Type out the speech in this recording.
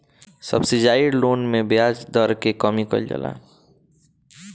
subsidised loan में ब्याज दर के कमी कइल जाला